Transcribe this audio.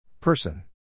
person